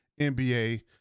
NBA